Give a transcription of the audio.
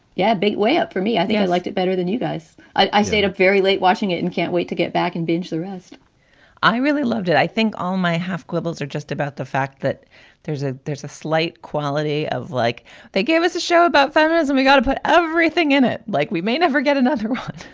yeah, big way up for me. i think i liked it better than you guys. i i stayed up very late watching it and can't wait to get back and enjoy the rest i really loved it. i think all my half quibbles are just about the fact that there's a there's a slight quality of like they gave us a show about feminism. we've got to put everything in it. like we may never get another one.